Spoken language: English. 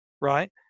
right